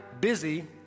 busy